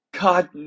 God